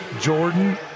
Jordan